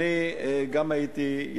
אדוני היושב-ראש,